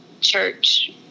church